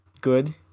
good